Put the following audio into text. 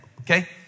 okay